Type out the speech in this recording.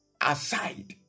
aside